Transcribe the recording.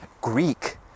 Greek